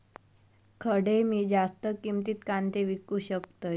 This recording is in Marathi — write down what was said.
खडे मी जास्त किमतीत कांदे विकू शकतय?